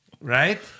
Right